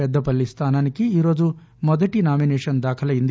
పెద్దపల్లి స్థానానికి ఈరోజు మొదటి నామినేషన్ దాఖలైంది